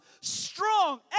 strong